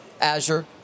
Azure